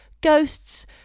ghosts